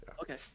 okay